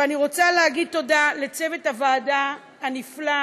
ואני רוצה להגיד תודה לצוות הוועדה הנפלא,